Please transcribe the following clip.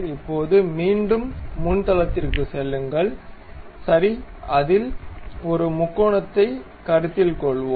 இப்போது மீண்டும் முன் தளத்திற்குச் செல்லுங்கள் சரி அதில் ஒரு முக்கோணத்தைக் கருத்தில் கொள்வோம்